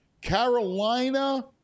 Carolina